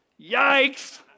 Yikes